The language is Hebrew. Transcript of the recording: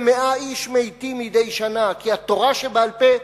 ו-100 איש מתים מדי שנה, כי התורה שבעל-פה